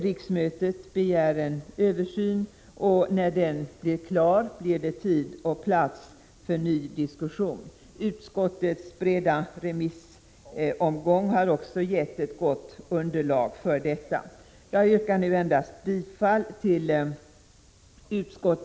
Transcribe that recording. Riksmötet begär en översyn, och när den blir klar blir det tid och plats för ny diskussion. Utskottets breda remissomgång har också gett ett gott underlag för detta. Jag yrkar nu endast